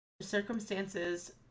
circumstances